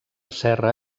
serra